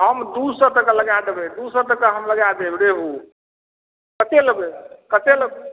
हम दू सए टके लगा देबै दू सए टके लगा देब रेहू कतेक लेबै कतेक लेबै